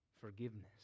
forgiveness